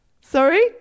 Sorry